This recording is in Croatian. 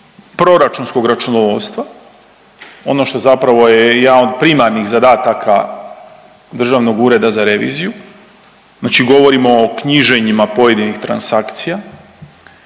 proračunskog računovodstva što zapravo je jedan od primarnih zadataka Državnog ureda za reviziju. Znači govorimo o knjiženjima pojedinih transakcija